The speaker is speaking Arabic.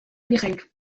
بخير